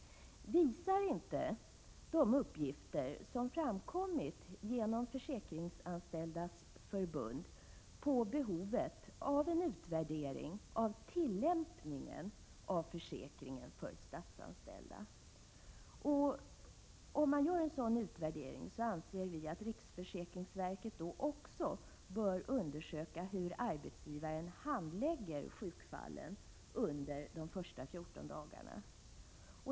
Visar inte de uppgifter som framkommit genom Försäkringsanställdas förbund på behovet av en utvärdering av tillämpningen av försäkringen för statsanställda? Om man gör en sådan utvärdering, anser vi att riksförsäkringsverket då också bör undersöka hur arbetsgivaren handlägger sjukfallen under de första 14 dagarna.